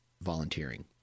volunteering